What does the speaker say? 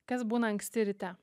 kas būna anksti ryte